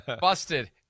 Busted